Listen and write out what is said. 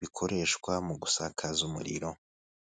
bikoreshwa mu gusakaza umuriro.